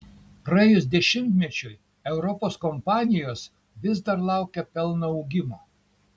praėjus dešimtmečiui europos kompanijos vis dar laukia pelno augimo